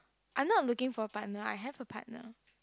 I'm not looking for a partner I have a partner